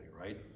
right